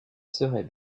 serait